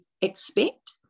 expect